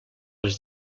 les